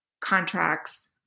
contracts